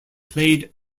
played